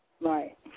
Right